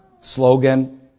slogan